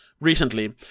recently